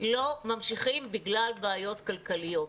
לא ממשיכים בגלל בעיות כלכליות.